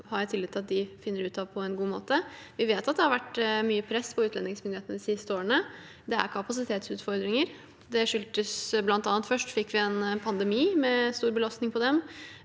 har jeg tillit til at de finner ut av på en god måte. Vi vet at det har vært mye press på utlendingsmyndighetene de siste årene. Det er kapasitetsutfordringer. Det skyldes bl.a. at vi først fikk en pandemi, med stor belastning på dem.